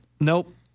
Nope